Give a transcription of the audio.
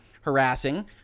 harassing